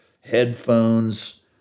headphones